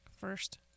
first